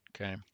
Okay